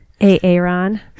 aaron